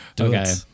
Okay